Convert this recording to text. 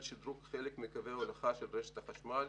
שדרוג חלק מקווי ההולכה של רשת החשמל.